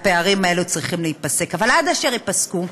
הפערים האלו צריכים להיפסק, אבל עד אשר ייפסקו,